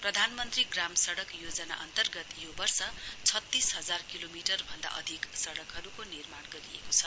प्रधानमन्त्री ग्राम सड़क योजना अन्तर्गत यो वर्ष छत्तीस हजार किलोमिटर भन्दा अधिक सड़कहरुको निर्माण गरिएको छ